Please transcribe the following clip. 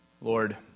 Lord